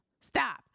Stop